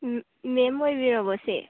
ꯎꯝ ꯃꯦꯝ ꯑꯣꯏꯕꯤꯔꯕꯣ ꯁꯦ